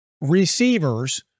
receivers